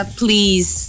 please